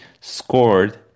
scored